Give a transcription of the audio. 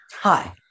Hi